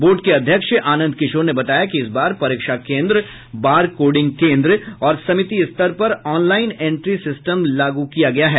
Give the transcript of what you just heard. board के अध्यक्ष आनंद किशोर ने बताया कि इस बार परीक्षा केंद्र बार कोडिंग केंद्र और समिति स्तर पर ऑनलाइन इंट्री सिस्टम लागू किया गया है